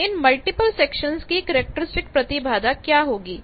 अब इन multiple sections की कैरेक्टरिस्टिक प्रतिबाधा क्या होगी